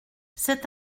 c’est